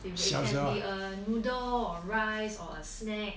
can be a noodle a rice or a snack